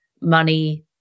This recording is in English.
money